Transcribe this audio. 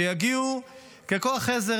שיגיעו ככוח עזר.